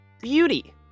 beauty